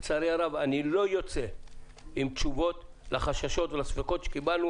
לצערי הרב אני לא יוצא עם תשובות לחששות ולספקות שהבענו,